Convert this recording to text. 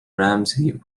ramsey